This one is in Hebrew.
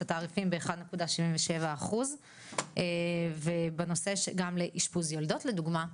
התעריפים ב-1.77% ובנושא גם של אשפוז יולדות לדוגמא,